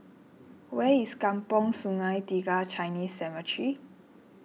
where is Kampong Sungai Tiga Chinese Cemetery